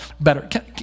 better